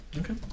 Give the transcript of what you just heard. Okay